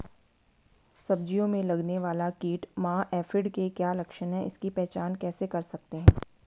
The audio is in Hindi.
सब्जियों में लगने वाला कीट माह एफिड के क्या लक्षण हैं इसकी पहचान कैसे कर सकते हैं?